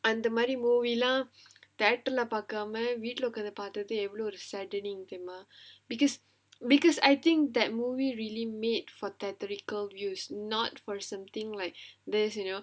அந்த மாதிரி:antha maathiri movie lah the actor வீட்டுல உக்காந்து பாத்தது எவ்ளோ ஒரு:veetula ukkaandhu paathathu evlo oru saddening தெரியுமா:theriyumaa because because I think that movie really meet for tactical views not for something like this you know